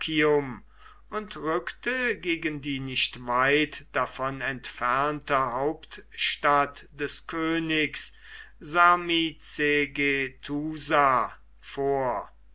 und rückte gegen die nicht weit davon entfernte hauptstadt des königs sarmizegetusa vor